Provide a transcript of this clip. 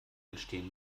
entstehen